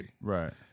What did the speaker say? Right